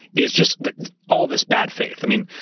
is just all this bad faith. i mean,